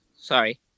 Sorry